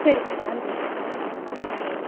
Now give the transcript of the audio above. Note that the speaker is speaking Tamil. சரிங்க நன்றிங்க ம்